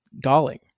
galling